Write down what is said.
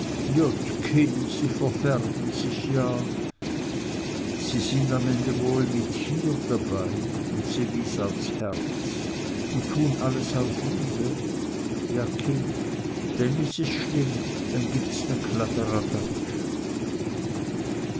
sie verfärben sich ja sie sind woll am ende mit hier dabei und sie wies aufs herz und tun alles aus liebe ja kind denn is es schlimm denn gibt